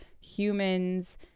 humans